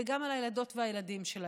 וגם על הילדות והילדים שלהן.